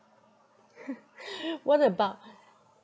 what about